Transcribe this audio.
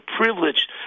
privileged